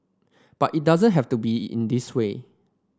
but it doesn't have to be in this way